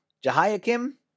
Jehoiakim